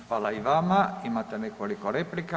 Hvala i vama, imate nekoliko replika.